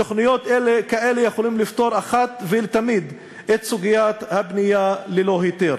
תוכניות כאלה יכולות לפתור אחת ולתמיד את סוגיית הבנייה ללא היתר.